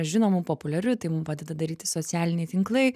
žinomu populiariu tai mum padeda daryti socialiniai tinklai